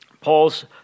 Paul's